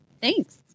Thanks